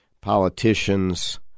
politicians